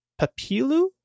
Papilu